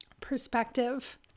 perspective